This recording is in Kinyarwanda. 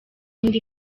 ati